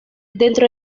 dentro